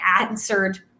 answered